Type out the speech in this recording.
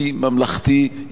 עם השקעת משאבים,